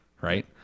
right